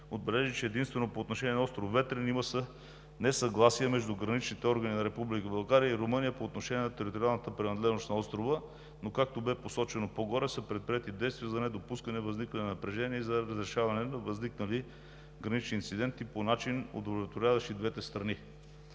отбележи, че единствено по отношение на остров Ветрен има несъгласие между граничните органи на Република България и Румъния по отношение на териториалната принадлежност на острова. Както обаче бе посочено по-горе, са предприети действия за недопускане възникване на напрежение и за разрешаване на възникнали гранични инциденти по начин, удовлетворяващ и двете страни.